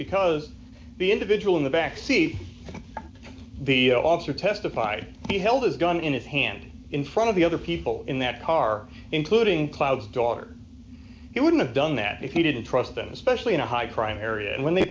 because the individual in the back seat the officer testified he held his gun in his hand in front of the other people in that car including clouds daughter it wouldn't have done that if he didn't trust them especially in a high crime area and when they